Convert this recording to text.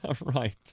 Right